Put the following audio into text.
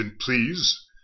please